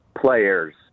players